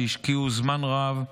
שהשקיעו זמן רב,